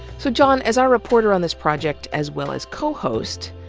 so john, as our reporter on this project as well as co host,